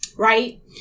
Right